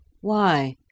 Why